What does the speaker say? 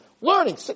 learning